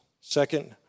Second